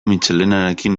mitxelenarekin